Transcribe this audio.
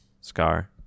scar